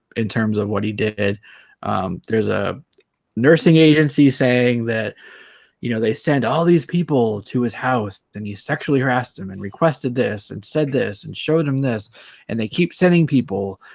in terms of what he did it there's a nursing agency saying that you know they send all these people to his house then he sexually harassed him and requested this and said this and showed him this and they keep sending people